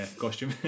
costume